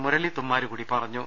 മുരളി തുമ്മാരുകുടി പറഞ്ഞു